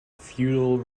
feudal